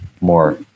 more